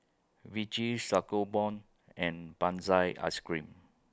Vichy Sangobion and Benzac Ice Cream